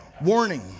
Warning